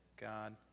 God